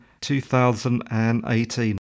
2018